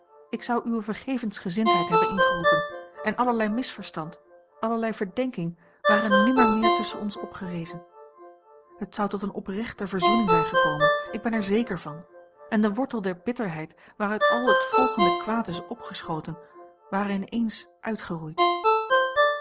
ik zou uwe vergevensgezindheid hebben ingeroepen en allerlei misverstand allerlei verdenking ware nimmermeer tusschen ons opgerezen het zou tot eene oprechte verzoening zijn gekomen ik ben er zeker van en de wortel der bitterheid waaruit al het volgende kwaad is opgeschoten ware in eens uitgeroeid